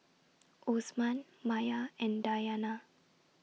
Osman Maya and Dayana